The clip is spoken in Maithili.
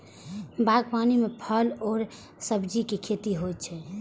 बागवानी मे फल आ सब्जीक खेती होइ छै